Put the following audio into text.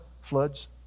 floods